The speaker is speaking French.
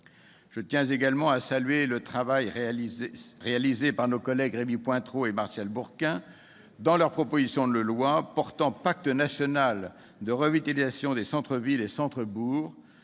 Je tiens également à saluer le travail réalisé par nos collègues Rémy Pointereau et Martial Bourquin dans leur proposition de loi portant Pacte national de revitalisation des centres-villes et centres-bourgs.